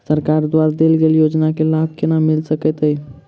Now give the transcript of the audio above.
सरकार द्वारा देल गेल योजना केँ लाभ केना मिल सकेंत अई?